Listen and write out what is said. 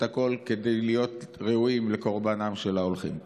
הכול כדי להיות ראויים לקורבנם של ההולכים.